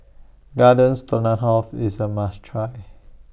Garden Stroganoff IS A must Try